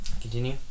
Continue